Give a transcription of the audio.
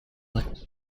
the